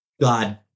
God